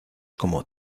como